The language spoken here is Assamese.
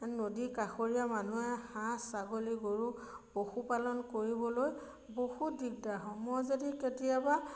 নদী কাষৰীয়া মানুহে হাঁহ ছাগলী গৰু পশুপালন কৰিবলৈ বহুত দিগদাৰ হওঁ মই যদি কেতিয়াবা